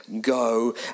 go